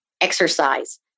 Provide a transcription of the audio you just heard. exercise